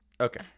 Okay